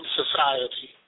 society